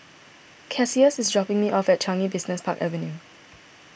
Cassius is dropping me off at Changi Business Park Avenue